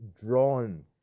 drawn